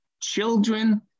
children